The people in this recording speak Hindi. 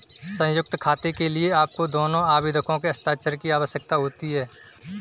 संयुक्त खाते के लिए आपको दोनों आवेदकों के हस्ताक्षर की आवश्यकता है